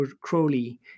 Crowley